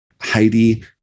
Heidi